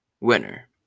winner